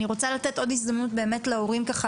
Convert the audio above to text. אני רוצה לתת עוד הזדמנות באמת להורים ככה,